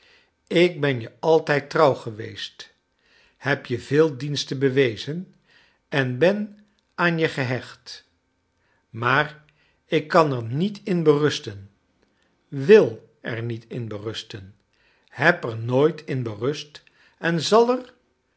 ik ben je altijd trouw geweest heb je veel diensten bewezen en ben aan je gehecht maar ik kan er niet in berusten wil er niet in b eras ten heb er nooit in berust en zal er